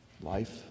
life